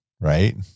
Right